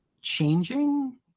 changing